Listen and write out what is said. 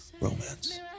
romance